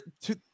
two